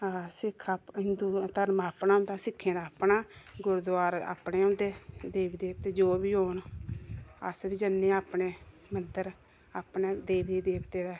सिक्ख अपना हिंदु धर्म अपना होंदा सिक्खें दा अपना गुरुद्वारे अपने होंदे देवी देवते जो बी होन अस बी जन्ने आं अपने मदंर अपने देवी देवतै दे